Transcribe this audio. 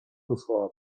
posłała